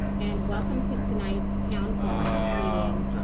and welcome to tonight's town hall meeting,